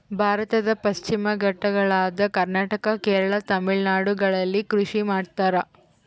ಭಾರತದ ಪಶ್ಚಿಮ ಘಟ್ಟಗಳಾದ ಕರ್ನಾಟಕ, ಕೇರಳ, ತಮಿಳುನಾಡುಗಳಲ್ಲಿ ಕೃಷಿ ಮಾಡ್ತಾರ?